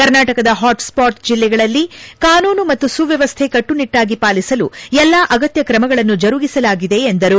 ಕರ್ನಾಟಕದ ಹಾಟ್ಸ್ವಾಟ್ ಜಿಲ್ಲೆಗಳಲ್ಲಿ ಕಾನೂನು ಮತ್ತು ಸುವ್ಯವಸ್ಥೆ ಕಟ್ಟುನಿಟ್ಟಾಗಿ ಪಾಲಿಸಲು ಎಲ್ಲಾ ಅಗತ್ಯ ಕ್ರಮಗಳನ್ನು ಜರುಗಿಸಲಾಗಿದೆ ಎಂದರು